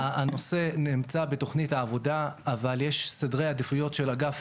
הנושא נמצא בתוכנית עבודה אבל יש סדרי עדיפויות של אגף